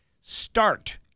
start